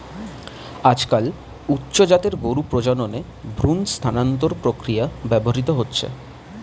আজকাল উচ্চ জাতের গরুর প্রজননে ভ্রূণ স্থানান্তর প্রক্রিয়া ব্যবহৃত হচ্ছে